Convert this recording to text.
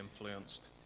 influenced